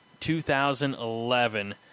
2011